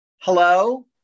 Hello